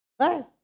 Right